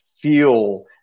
feel